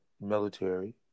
military